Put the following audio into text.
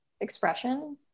expression